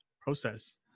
process